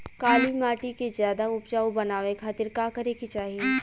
काली माटी के ज्यादा उपजाऊ बनावे खातिर का करे के चाही?